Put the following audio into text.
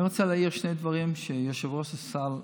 אני רוצה להעיר שני דברים לגבי מה שאמר יושב-ראש הסל פרופ'